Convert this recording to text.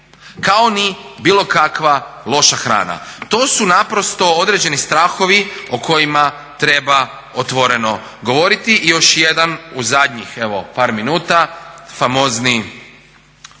kao ni bilo kakva loša hrana. To su naprosto određeni strahovi o kojima treba otvoreno govoriti. I još jedan u zadnjih, evo par minuta famozni